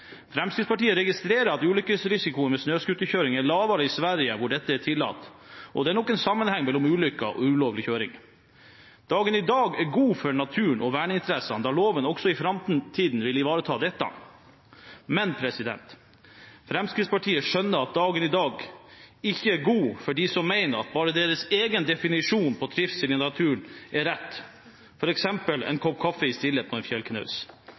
Fremskrittspartiet registrerer at ulykkesrisikoen med snøscooterkjøring er lavere i Sverige, hvor dette er tillatt, og det er nok en sammenheng mellom ulykker og ulovlig kjøring. Dagen i dag er god for naturen og verneinteressene, da loven også i framtiden vil ivareta dette. Men: Fremskrittspartiet skjønner at dagen i dag ikke er god for dem som mener at bare deres egen definisjon på trivsel i naturen er rett, f.eks. en kopp kaffe i stillhet på en fjellknaus